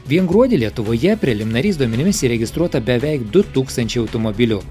vien gruodį lietuvoje preliminariais duomenimis įregistruota beveik du tūkstančiai automobilių